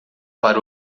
para